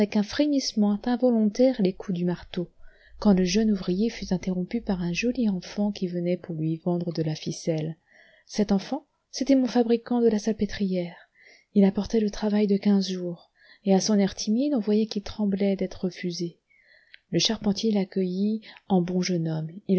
un frémissement involontaire les coups du marteau quand le jeune ouvrier fut interrompu par un joli enfant qui venait pour lui vendre de la ficelle cet enfant c'était mon fabricant de la salpêtrière il apportait le travail de quinze jours et à son air timide on voyait qu'il tremblait d'être refusé le charpentier l'accueillit en bon jeune homme